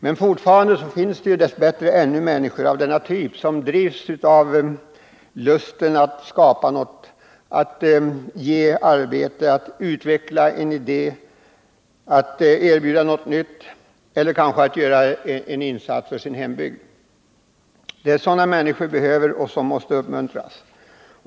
Men fortfarande finns det dess bättre människor av den här typen — som drivs av lusten att skapa något, att ge arbete, att utveckla en idé, att erbjuda något nytt eller kanske göra en insats för sin hembygd. Det är sådana människor vi behöver, och de måste uppmuntras.